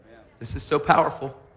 this is so powerful.